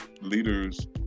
Leaders